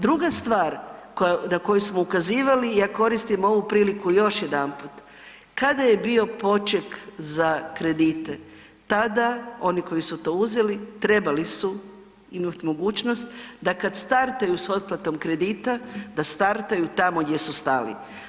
Druga stvar na koju smo ukazivali i ja koristim ovu priliku još jedanput, kada je bio poček za kredite tada oni koji su to uzeli trebali su imati mogućnost, da kada startaju sa otplatom kredita da startaju tamo gdje su stali.